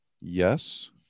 Yes